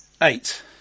Eight